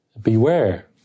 Beware